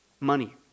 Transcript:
Money